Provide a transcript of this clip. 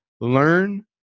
learn